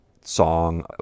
song